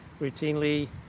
routinely